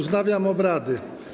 Wznawiam obrady.